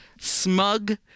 smug